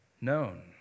known